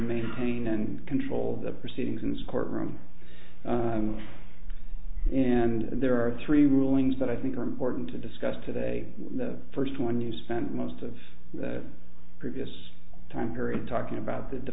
maintain and control the proceedings in this courtroom and there are three rulings that i think are important to discuss today the first one you spent most of the previous time here is talking about the